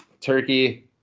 turkey